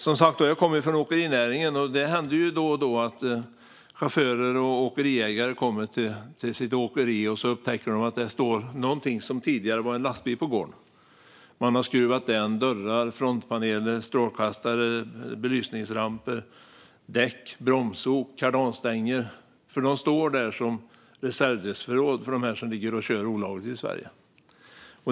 Som sagt kommer jag från åkerinäringen. Det händer då och då att chaufförer och åkeriägare kommer till sitt åkeri och upptäcker att det står någonting som tidigare var en lastbil på gården. Man har skruvat dän dörrar, frontpaneler, strålkastare, belysningsramper, däck, bromsok och kardanstänger. Fordonen står där som reservdelsförråd för dem som ligger och kör olagligt i Sverige.